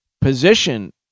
position